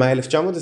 במאי 1920,